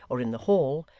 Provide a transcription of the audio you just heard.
or in the hall,